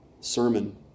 sermon